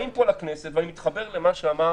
באים פה לכנסת ואני מתחבר פה למה שאמר